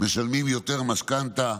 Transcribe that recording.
משלמים יותר משכנתה.